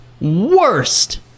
worst